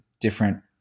different